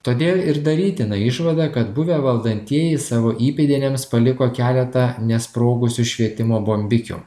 todėl ir darytina išvada kad buvę valdantieji savo įpėdiniams paliko keletą nesprogusių švietimo bombikių